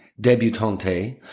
debutante